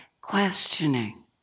questioning